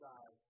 God